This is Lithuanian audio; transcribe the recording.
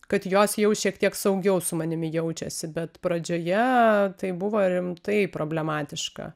kad jos jau šiek tiek saugiau su manimi jaučiasi bet pradžioje tai buvo rimtai problematiška